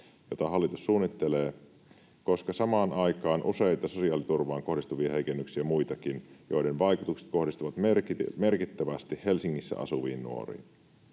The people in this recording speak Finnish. jota hallitus suunnittelee, koska samaan aikaan on useita sosiaaliturvaan kohdistuvia heikennyksiä ja muitakin, joiden vaikutukset kohdistuvat merkittävästi Helsingissä asuviin nuoriin.